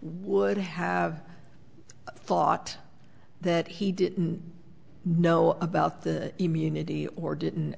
would have thought that he didn't know about the immunity or didn't